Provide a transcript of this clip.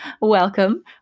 welcome